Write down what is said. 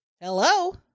hello